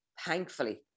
thankfully